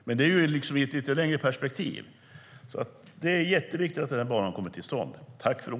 Men det är i ett lite längre perspektiv. Det är jätteviktigt att banan kommer till stånd.